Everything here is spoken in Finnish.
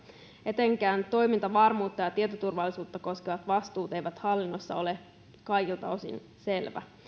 etenkään toimintavarmuutta ja ja tietoturvallisuutta koskevat vastuut eivät hallinnossa ole kaikilta osin selvät